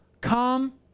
come